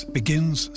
begins